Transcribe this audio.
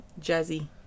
jazzy